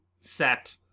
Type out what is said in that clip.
set